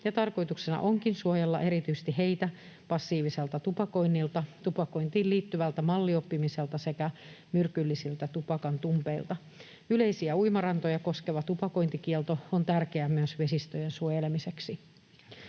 tarkoituksena onkin suojella erityisesti heitä passiiviselta tupakoinnilta, tupakointiin liittyvältä mallioppimiselta sekä myrkyllisiltä tupakantumpeilta. Yleisiä uimarantoja koskeva tupakointikielto on tärkeä myös vesistöjen suojelemiseksi.